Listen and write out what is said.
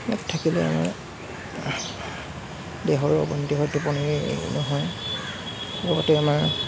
ইয়াত থাকিলে আমাৰ দেহৰ অৱনতি হয় টোপনি নহয় তাৰ প্ৰতি আমাৰ